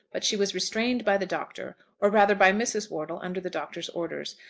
but she was restrained by the doctor or rather by mrs. wortle under the doctor's orders.